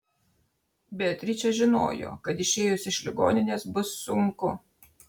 beatričė žinojo kad išėjus iš ligoninės bus sunku